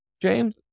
James